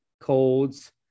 colds